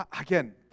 Again